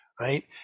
Right